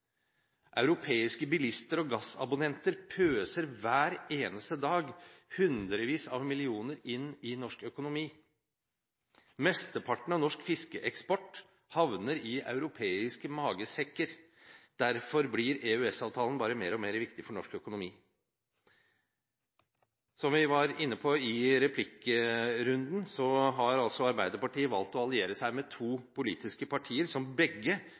Europeiske bilister og gassabonnenter pøser hver eneste dag hundrevis av millioner kroner inn i norsk økonomi. Mesteparten av norsk fiskeeksport havner i europeiske magesekker. Derfor blir EØS-avtalen bare mer og mer viktig for norsk økonomi. Som vi var inne på i replikkrunden, har Arbeiderpartiet valgt å alliere seg med to politiske partier som begge